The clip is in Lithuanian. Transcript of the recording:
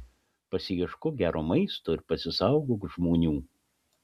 pasiieškok gero maisto ir pasisaugok žmonių